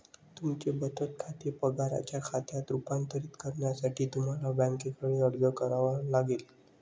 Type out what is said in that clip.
तुमचे बचत खाते पगाराच्या खात्यात रूपांतरित करण्यासाठी तुम्हाला बँकेकडे अर्ज करावा लागेल